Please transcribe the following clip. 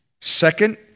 second